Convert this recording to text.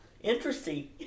interesting